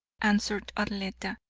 answered arletta,